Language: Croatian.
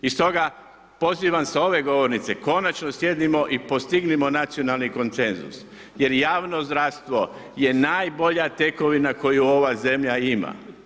I stoga pozivam sa ove govornice konačno sjedimo i postignimo nacionalni konsenzus jer javno zdravstvo je najbolja tekovina koju ova zemlja ima.